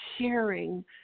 sharing